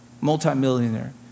multimillionaire